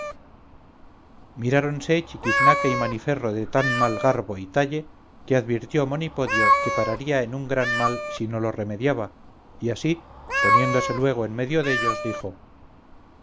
miráronse chiquiznaque y maniferro de tan mal garbo y talle que advirtió monipodio que pararía en un gran mal si no lo remediaba y así poniéndose luego en medio dellos dijo